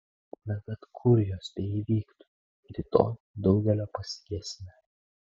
na bet kur jos beįvyktų rytoj daugelio pasigesime